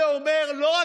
לא.